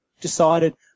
decided